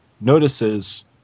notices